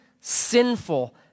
sinful